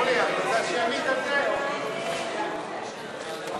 ההסתייגות של חברת הכנסת אורלי לוי אבקסיס לאחרי